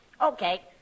Okay